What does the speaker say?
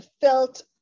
felt